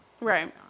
Right